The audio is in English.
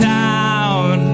town